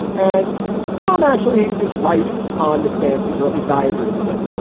and tom actually is right on the stances, or at least i agree with him.